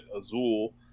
Azul